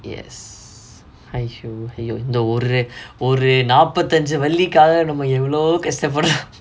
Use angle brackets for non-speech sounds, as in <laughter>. yes !aiyo! !aiyo! இந்த ஒரு ஒரு நாப்பத்தஞ்சு வெள்ளிகாக நம்ம எவளோ கஷ்டபடனும்:intha oru oru naappathanju vellikaaga namma evalo kashtapadanum <noise>